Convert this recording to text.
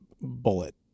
bullet